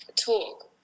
talk